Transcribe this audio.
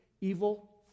evil